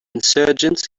insurgents